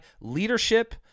leadership